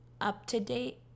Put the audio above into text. up-to-date